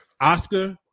Oscar